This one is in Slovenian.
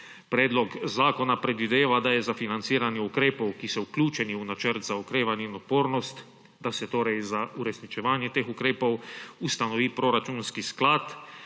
Predlog zakona predvideva, da je za financiranje ukrepov, ki so vključeni v Načrt za okrevanje in odpornost, da se torej za uresničevanje teh ukrepov ustanovi proračunski sklad,